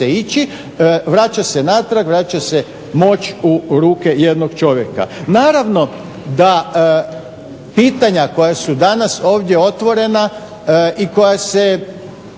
ići vraća se natrag, vraća se moć u ruke jednog čovjeka. Naravno da pitanja koja su danas ovdje otvorena i koja se